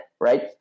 right